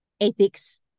ethics